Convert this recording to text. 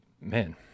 Man